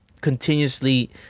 continuously